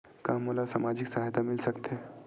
का मोला सामाजिक सहायता मिल सकथे?